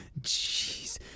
Jeez